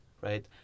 right